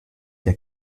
der